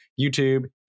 YouTube